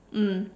mm